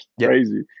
crazy